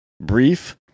brief